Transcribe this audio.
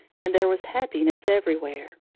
and there was happiness everywhere.